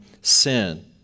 sin